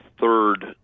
third